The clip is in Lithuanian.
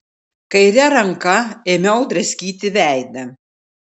kaire ranka ėmiau draskyti veidą